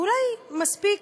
אולי מספיק